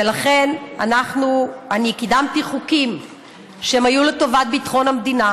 לכן, אני קידמתי חוקים שהיו לטובת ביטחון המדינה,